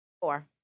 four